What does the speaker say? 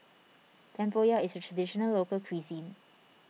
Tempoyak is a Traditional Local Cuisine